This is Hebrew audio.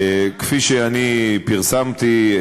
כפי שאני פרסמתי,